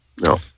no